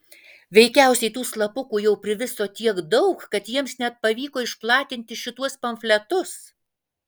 veikiausiai tų slapukų jau priviso tiek daug kad jiems net pavyko išplatinti šituos pamfletus